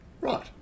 Right